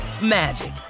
magic